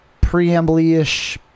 preamble-ish